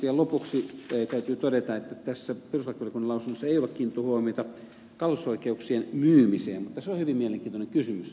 vielä lopuksi täytyy todeta että tässä perustuslakivaliokunnan lausunnossa ei ole kiinnitetty huomiota kalastusoikeuksien myymiseen mutta se on hyvin mielenkiintoinen kysymys